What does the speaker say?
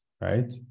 right